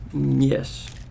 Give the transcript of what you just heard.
Yes